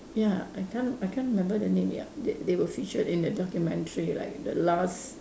ya I can't I can't remember the name ya they they were featured in that documentary like the last